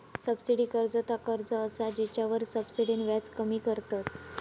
subsidy कर्ज ता कर्ज असा जेच्यावर सब्सिडीन व्याज कमी करतत